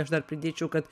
aš dar pridėčiau kad